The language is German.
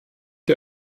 der